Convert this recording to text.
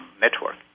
network